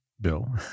Bill